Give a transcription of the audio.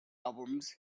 albums